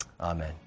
Amen